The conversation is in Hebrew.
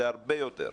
זה הרבה יותר,